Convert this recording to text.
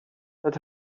let